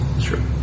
True